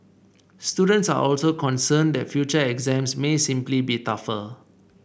students are also concerned that future exams may simply be tougher